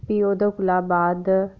फ्ही ओह्दे कोला बाद